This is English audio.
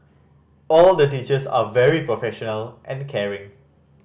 all the teachers are very professional and caring